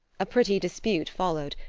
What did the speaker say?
a pretty dispute followed,